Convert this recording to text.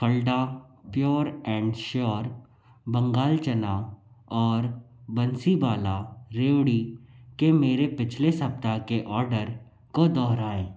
Phalada pure and sure Bengal चना और बंसीवाला रेवड़ी के मेरे पिछले सप्ताह के ऑर्डर को दोहराएँ